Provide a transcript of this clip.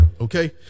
Okay